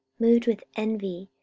moved with envy,